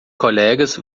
colegas